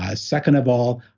ah second of all,